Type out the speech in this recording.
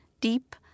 Deep